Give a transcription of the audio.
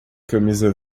camisa